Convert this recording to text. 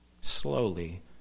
slowly